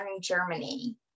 Germany